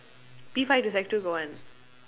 P five to sec two got one